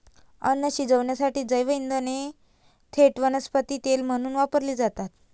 अन्न शिजवण्यासाठी जैवइंधने थेट वनस्पती तेल म्हणून वापरली जातात